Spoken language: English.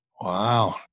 Wow